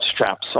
straps